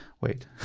wait